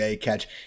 catch